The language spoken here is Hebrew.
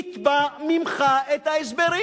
נתבע ממך את ההסברים.